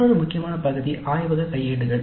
மற்றொரு முக்கியமான பகுதி ஆய்வக கையேடுகள்